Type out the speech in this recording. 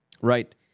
right